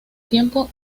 tiempo